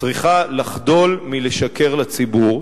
צריכה לחדול מלשקר לציבור,